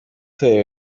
torero